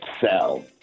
sell